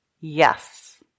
yes